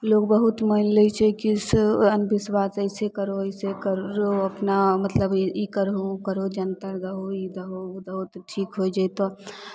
लोक बहुत मानि लै छै कि से अन्धविश्वास ऐसे करो ऐसे करो अपना मतलब ई करहो ओ करो जन्तर दहो ई दहो ओ दहो तऽ ठीक होय जयतहु